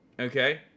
Okay